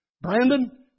Brandon